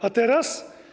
A teraz?